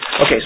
Okay